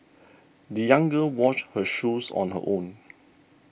the young girl washed her shoes on her own